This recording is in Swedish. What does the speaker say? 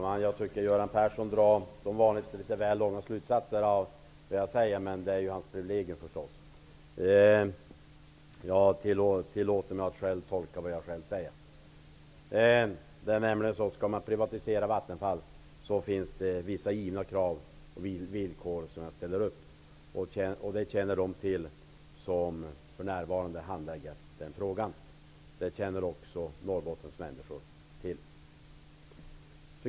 Herr talman! Göran Persson drar som vanligt litet väl långtgående slutsatser av det som jag säger. Det är förstås hans privilegium. Jag tillåter mig att själv tolka det som jag själv säger. För att privatisera Vattenfall finns det vissa givna krav och villkor som jag ställer; dessa krav känner de till som för närvarande handlägger den frågan. Dessa krav känner också människorna i Norrbotten till.